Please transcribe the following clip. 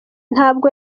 ntabwo